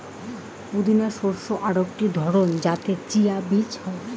পুদিনা শস্যের আকটি ধরণ যাতে চিয়া বীজ হই